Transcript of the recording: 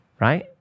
right